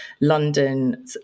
london